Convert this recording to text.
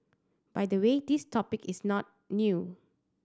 by the way this topic is not new